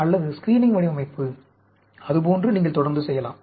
அல்லது ஸ்கிரீனிங் வடிவமைப்பு அதுபோன்று நீங்கள் தொடர்ந்து செய்யலாம்